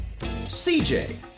CJ